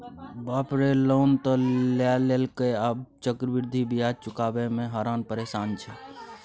बाप रे लोन त लए लेलकै आब चक्रवृद्धि ब्याज चुकाबय मे हरान परेशान छै